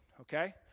Okay